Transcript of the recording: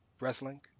wrestling